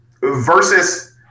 versus